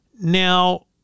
Now